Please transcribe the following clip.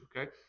Okay